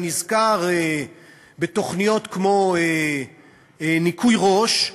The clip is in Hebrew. אני נזכר בתוכניות כמו "ניקוי ראש",